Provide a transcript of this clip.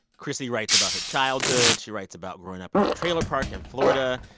chrissy writes about her childhood. she writes about growing up in a trailer park in florida.